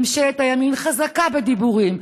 ממשלת הימין חזקה בדיבורים,